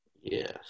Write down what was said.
Yes